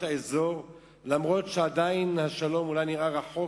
האזור אף-על-פי שעדיין השלום אתן אולי נראה רחוק,